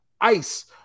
ice